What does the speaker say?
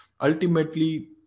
ultimately